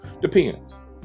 Depends